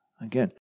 Again